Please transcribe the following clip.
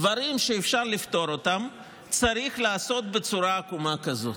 דברים שאפשר לפתור אותם צריך לעשות בצורה עקומה כזאת?